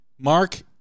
mark